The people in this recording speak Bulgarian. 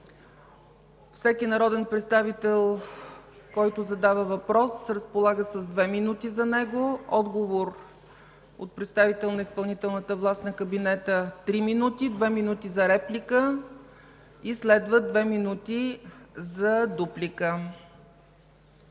Всеки народен представител, който задава въпрос, разполага с две минути за него. Отговор от представител на изпълнителната власт, от кабинета – три минути; две минути за реплика и следват две минути за дуплика.